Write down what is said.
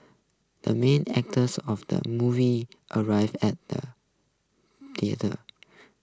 the main actors of the movie arrived at the theater